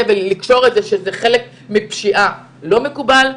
ולקשור את זה לחלק מפשיעה, זה לא מקובל.